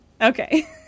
okay